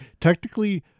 Technically